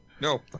no